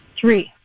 three